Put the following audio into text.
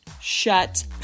Shut